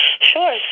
Sure